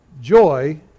Joy